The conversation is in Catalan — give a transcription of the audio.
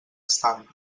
estan